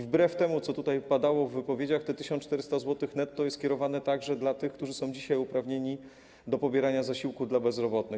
Wbrew temu, co tutaj padało w wypowiedziach, te 1400 zł netto jest kierowane także do tych, którzy są dzisiaj uprawnieni do pobierania zasiłku dla bezrobotnych.